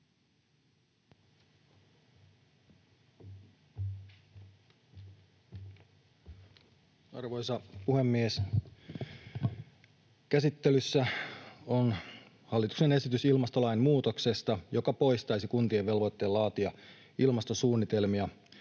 Arvoisa puhemies! Käsittelyssä on hallituksen esitys ilmastolain muutoksesta, joka poistaisi kuntien velvoitteen laatia ilmastosuunnitelmia.